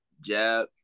jab